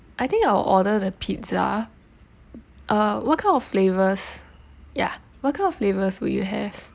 I think I'll order the pizza uh what kind of flavours ya what kind of flavours will you have